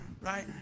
right